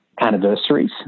anniversaries